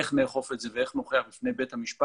איך נאכוף את זה ואיך נוכיח בפני בית המשפט